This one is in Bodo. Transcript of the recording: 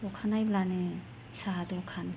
अखानायब्लानो साहा दखान